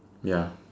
ya